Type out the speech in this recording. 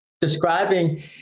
describing